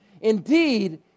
Indeed